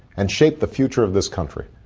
and shaped the future of this country.